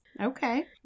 Okay